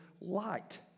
light